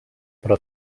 però